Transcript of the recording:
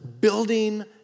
building